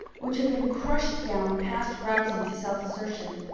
which had been crushed down past rousing to self-assertion,